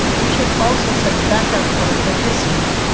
you should also set the background color for this screen.